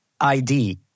ID